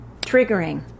triggering